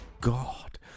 god